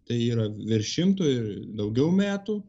tai yra virš šimto ir daugiau metų